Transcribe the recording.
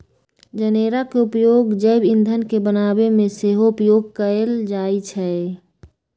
जनेरा के उपयोग जैव ईंधन के बनाबे में सेहो उपयोग कएल जाइ छइ